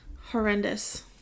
horrendous